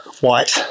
white